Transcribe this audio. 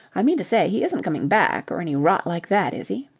i mean to say, he isn't coming back or any rot like that, is he?